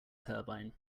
turbine